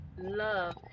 love